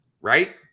right